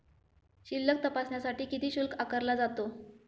शिल्लक तपासण्यासाठी किती शुल्क आकारला जातो?